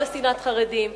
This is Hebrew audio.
לא לשנאת חרדים,